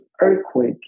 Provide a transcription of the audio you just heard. earthquake